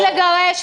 לגרש.